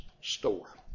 Store